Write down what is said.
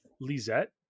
Lizette